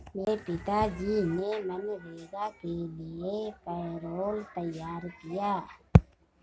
मेरे पिताजी ने मनरेगा के लिए पैरोल तैयार किया